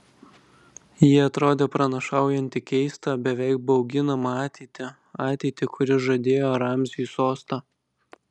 ji atrodė pranašaujanti keistą beveik bauginamą ateitį ateitį kuri žadėjo ramziui sostą